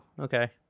okay